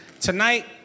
Tonight